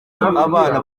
abana